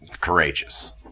courageous